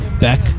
Beck